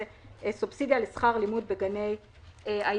זו סובסידיה לשכר לימוד בגני הילדים.